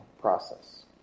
process